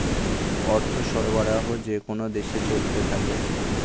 অর্থ সরবরাহ যেকোন দেশে চলতে থাকে